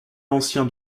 ancien